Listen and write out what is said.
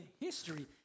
history